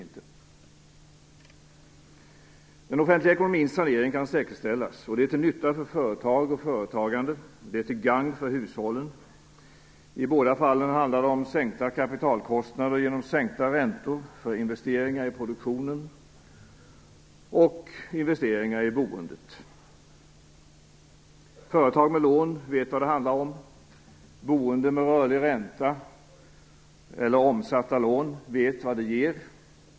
Den offentliga ekonomins sanering kan säkerställas till nytta för företag och företagande och till gagn för hushållen. I båda fallen handlar det om sänkta kapitalkostnader genom sänkta räntor för investeringar i produktionen och i boendet. Företag med lån vet vad det handlar om. Boende med rörlig ränta eller omsatta lån vet vad det ger.